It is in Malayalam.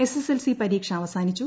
എസ് എസ് എൽ സി പരീക്ഷ അവസാനിച്ചു